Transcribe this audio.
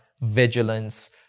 vigilance